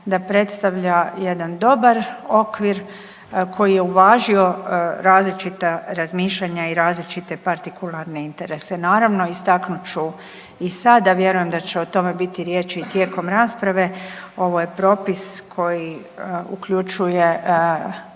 da predstavlja jedan dobar okvir koji je uvažio različita razmišljanja i različite partikularne interese. Naravno, istaknut ću i sad, a vjerujem da će o tome biti i riječi tijekom rasprave, ovo je propis koji uključuje